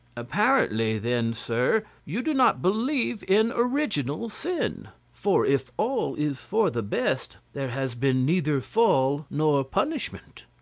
apparently, then, sir, you do not believe in original sin for if all is for the best there has then been neither fall nor punishment.